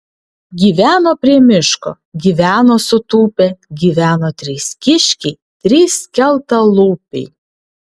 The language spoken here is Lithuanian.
gyveno prie miško gyveno sutūpę gyveno trys kiškiai trys skeltalūpiai